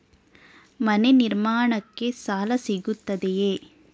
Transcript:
ಮನೆ ನಿರ್ಮಾಣಕ್ಕೆ ಸಾಲ ಸಿಗುತ್ತದೆಯೇ?